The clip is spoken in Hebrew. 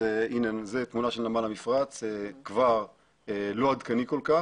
אז זו תמונה של נמל המפרץ כבר לא עדכני כל כך.